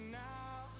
now